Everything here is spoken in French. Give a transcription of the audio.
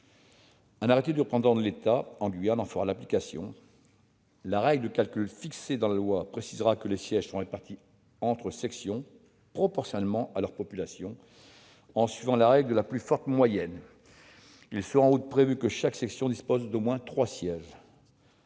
Un arrêté du représentant de l'État en Guyane en fera l'application. Cette règle est la suivante : les sièges sont répartis entre sections proportionnellement à leur population, en suivant la règle de la plus forte moyenne. En outre, chaque section dispose d'au moins trois sièges.